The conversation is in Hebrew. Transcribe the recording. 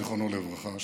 זיכרונו לברכה,